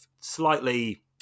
slightly